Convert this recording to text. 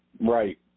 Right